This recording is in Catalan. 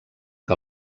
que